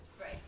Right